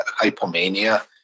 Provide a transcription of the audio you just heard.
hypomania